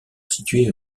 situé